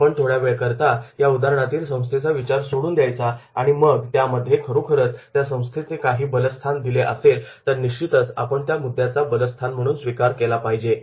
आपण थोड्यावेळाकरता या उदाहरणातील संस्थेचा विचार सोडून द्यायचा आणि मग त्यामध्ये खरोखरच त्या संस्थेचे काही बलस्थान दिले असेल तर निश्चितच आपण त्या मुद्द्याचा बलस्थान म्हणून स्वीकार केला पाहिजे